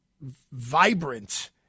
vibrant